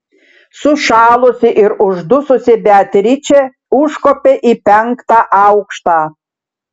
sušalusi ir uždususi beatričė užkopė į penktą aukštą